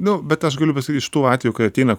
nu bet aš galiu pasakyt iš tų atvejų kai ateina